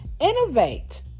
Innovate